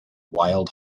wild